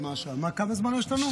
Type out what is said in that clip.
כלומר, כמה זמן יש לנו?